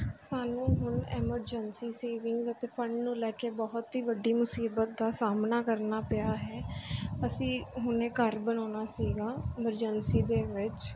ਸਾਨੂੰ ਹੁਣ emergency savings ਅਤੇ ਫੰਡ ਨੂੰ ਲੈ ਕੇ ਬਹੁਤ ਹੀ ਵੱਡੀ ਮੁਸੀਬਤ ਦਾ ਸਾਹਮਣਾ ਕਰਨਾ ਪਿਆ ਹੈ ਅਸੀਂ ਹੁਣੇ ਘਰ ਬਣਾਉਣਾ ਸੀਗਾ ਐਮਰਜੈਂਸੀ ਦੇ ਵਿੱਚ